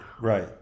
Right